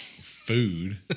food